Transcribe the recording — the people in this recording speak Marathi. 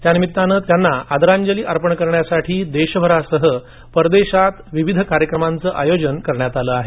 त्यानिमित्ताने त्यांना आदरांजली अर्पण करण्यासाठी देशभरासह परदेशात आज विविध कार्यक्रमांचे आयोजन करण्यात आलं आहे